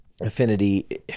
affinity